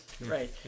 Right